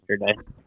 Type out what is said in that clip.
yesterday